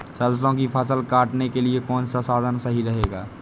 सरसो की फसल काटने के लिए कौन सा साधन सही रहेगा?